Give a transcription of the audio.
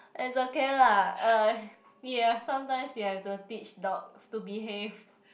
it's okay lah uh ya sometimes we have to teach dogs to behave